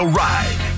ride